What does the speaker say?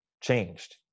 changed